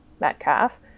Metcalf